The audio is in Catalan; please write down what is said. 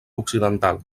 occidental